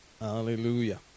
Hallelujah